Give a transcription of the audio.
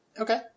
Okay